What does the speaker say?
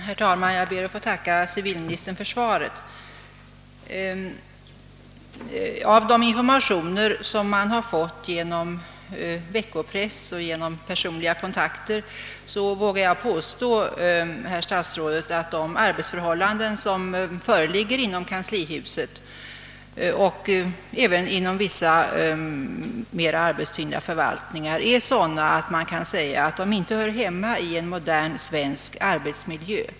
Herr talman! Jag ber att få tacka civilministern för svaret. Med stöd av de informationer som jag har fått genom veckopressen och genom personliga kontakter vågar jag påstå, herr statsråd, att de arbetsförhållanden som föreligger inom kanslihuset och även inom vissa mera arbetstyngda förvaltningar är sådana att de kan sägas inte höra hemma i en modern svensk arbetsmiljö.